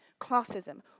Classism